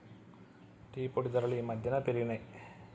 tea పొడి ధరలు ఈ మధ్యన పెరిగినయ్